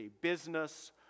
business